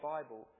Bible